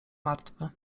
martwy